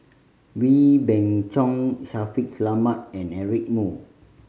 Wee Beng Chong Shaffiq Selamat and Eric Moo